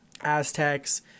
Aztecs